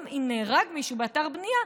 גם אם נהרג מישהו באתר בנייה,